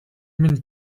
минь